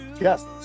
yes